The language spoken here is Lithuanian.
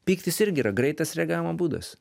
pyktis irgi yra greitas reagavimo būdas